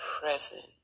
present